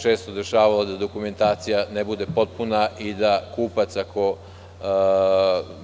Često se dešavalo da dokumentacija ne bude potpuna i da kupac, ako